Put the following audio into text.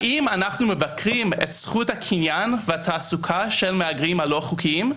האם אנחנו מבקרים את זכות הקניין והתעסוקה של המהגרים הלא חוקיים?